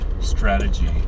strategy